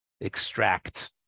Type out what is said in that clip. extract